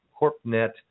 corpnet